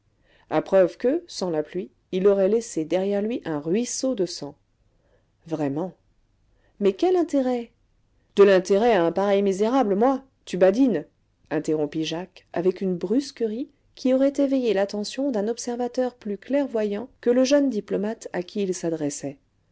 a preuve que sans la pluie il aurait laissé derrière lui un ruisseau de sang vraiment mais quel intérêt de l'intérêt à un pareil misérable moi tu badines interrompit jacques avec une brusquerie qui aurait éveillé l'attention d'un observateur plus clairvoyant que le jeune diplomate à qui il s'adressait